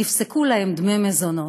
ונפסקו להן דמי מזונות,